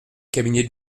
cabinet